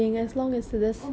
oh my god you say